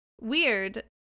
weird